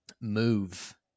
move